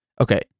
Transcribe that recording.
Okay